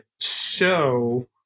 show